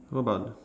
what about